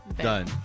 Done